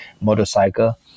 motorcycle